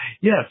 Yes